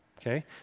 Okay